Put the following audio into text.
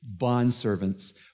bondservants